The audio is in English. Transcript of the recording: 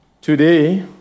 Today